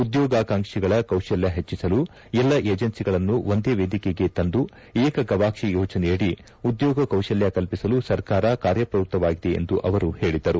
ಉದ್ಯೋಗಾಕಾಂಕ್ಷಿಗಳ ಕೌಶಲ್ಯ ಹೆಚ್ಚಿಸಲು ಎಲ್ಲ ಏಜೆನ್ಸಿಗಳನ್ನು ಒಂದೇ ವೇದಿಕೆಗೆ ತಂದು ಏಕ ಗವಾಕ್ಷಿ ಯೋಜನೆಯಡಿ ಉದ್ಯೋಗ ಕೌಶಲ್ಯ ಕಲಿಸಲು ಸರ್ಕಾರ ಕಾರ್ಯ ಪ್ರವೃತ್ತವಾಗಿದೆ ಎಂದು ಅವರು ಹೇಳಿದರು